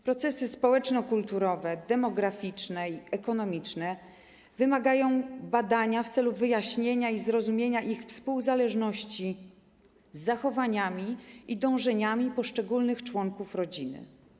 Procesy społeczno-kulturowe, demograficzne i ekonomiczne wymagają badania w celu wyjaśnienia i zrozumienia ich współzależności z zachowaniami i dążeniami poszczególnych członków rodziny.